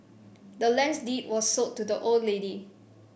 the land's deed was sold to the old lady